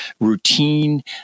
routine